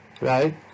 right